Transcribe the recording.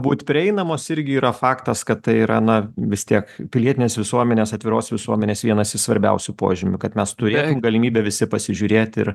būt prieinamos irgi yra faktas kad tai yra na vis tiek pilietinės visuomenės atviros visuomenės vienas iš svarbiausių požymių kad mes turėtume galimybę visi pasižiūrėt ir